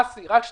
אסי, רק שנייה.